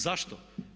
Zašto?